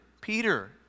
Peter